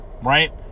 Right